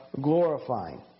glorifying